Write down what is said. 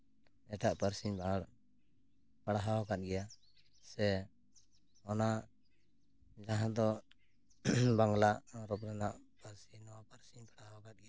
ᱮᱴᱟᱜ ᱯᱟᱹᱨᱥᱤᱧ ᱯᱟᱲᱦᱟᱣ ᱠᱟᱱ ᱜᱮᱭᱟ ᱥᱮ ᱚᱱᱟ ᱡᱟᱦᱟᱸ ᱫᱚ ᱵᱟᱝᱞᱟ ᱦᱚᱨᱚᱯᱷ ᱨᱮᱱᱟᱜ ᱯᱟᱹᱨᱥᱤ ᱱᱚᱣᱟ ᱯᱟᱨᱥᱤᱧ ᱯᱟᱲᱦᱟᱣ ᱠᱟᱜ ᱜᱮᱭᱟ